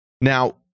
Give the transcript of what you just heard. now